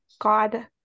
God